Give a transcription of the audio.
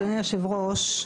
אדוני היושב-ראש,